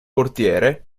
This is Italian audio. portiere